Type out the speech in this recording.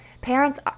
parents